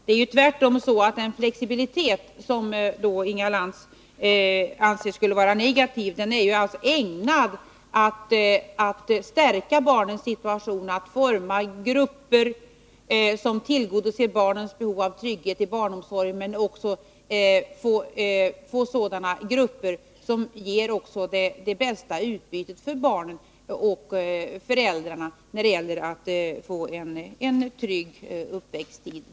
Det är tvärtom så att den flexibilitet som Inga Lantz anser skulle vara negativ är ägnad att stärka barnens situation, att forma grupper som tillgodoser barnens behov av trygghet i barnomsorgen och som ger det bästa utbytet för barnen och föräldrarna när det gäller att få en trygg uppväxttid.